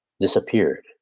disappeared